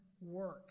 work